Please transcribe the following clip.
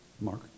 Mark